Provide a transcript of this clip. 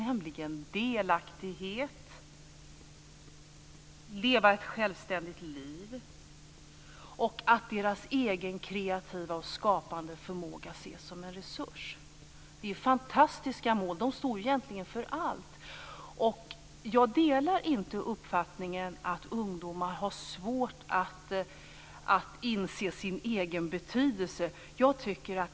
De vill ha delaktighet och leva ett självständigt liv, och de vill att deras egen kreativa och skapande förmåga ska ses som en resurs. Det är fantastiska mål, och de står egentligen för allt. Jag delar inte uppfattningen att ungdomar har svårt att inse sin egen betydelse.